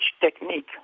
technique